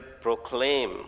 proclaim